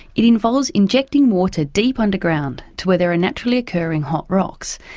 it involves injection water deep underground to where there are naturally occurring hot rocks,